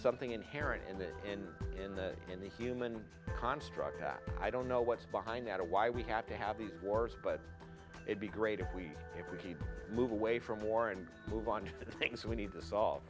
something inherent in this and in the in the human construct that i don't know what's behind that or why we have to have the wars but it be great if we move away from war and move on to the things we need to solve